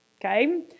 okay